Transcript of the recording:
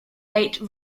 late